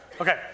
Okay